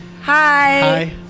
Hi